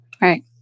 Right